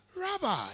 Rabbi